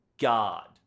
god